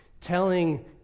telling